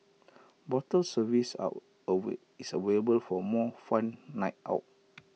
bottle service are is available for more fun night out